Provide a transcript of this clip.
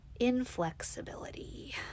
inflexibility